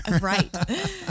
Right